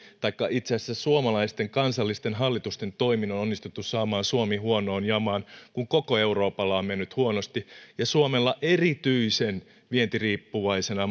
taikka itse asiassa suomalaisten kansallisten hallitusten toimin on onnistuttu saamaan suomi huonoon jamaan kun koko euroopalla on mennyt huonosti ja suomella erityisen vientiriippuvaisena